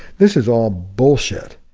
this is all bullshit.